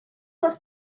was